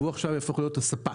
והוא עכשיו יהפוך להיות הספק,